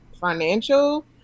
financial